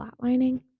flatlining